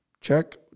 Check